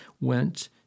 went